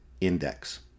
index